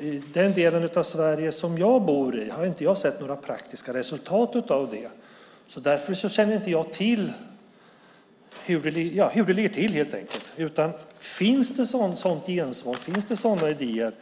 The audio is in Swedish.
I den delen av Sverige som jag bor i har jag inte sett några praktiska resultat av det. Därför känner jag helt enkelt inte till hur det ligger till. Finns det ett sådant gensvar? Finns det sådana idéer?